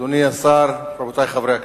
אדוני השר, רבותי חברי הכנסת,